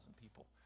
people